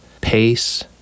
pace